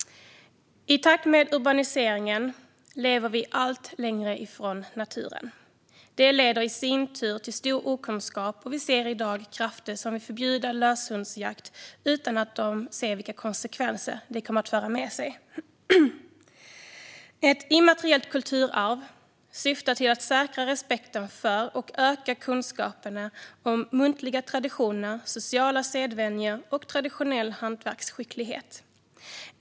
I takt med urbaniseringen lever vi allt längre ifrån naturen. Det leder i sin tur till stor okunskap. Vi ser i dag krafter som vill förbjuda löshundsjakt utan att de ser vilka konsekvenser det kommer att föra med sig. Ett immateriellt kulturarv syftar till att säkra respekten för och öka kunskaperna om muntliga traditioner, sociala sedvänjor och traditionell hantverksskicklighet.